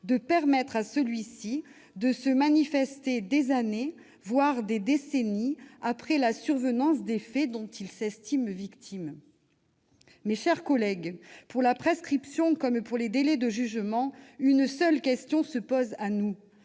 de permettre à ce dernier de se manifester des années, voire des décennies après la survenance de faits dont il s'estime victime ? Mes chers collègues, pour la prescription comme pour les délais de jugement, une seule question se pose à nous